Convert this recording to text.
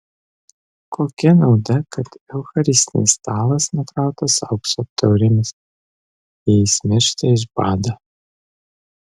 kokia nauda kad eucharistinis stalas nukrautas aukso taurėmis jei jis miršta iš bado